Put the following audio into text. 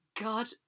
god